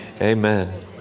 Amen